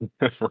Right